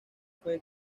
fue